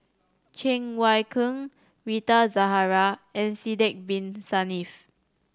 Cheng Wai Keung Rita Zahara and Sidek Bin Saniff